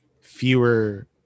fewer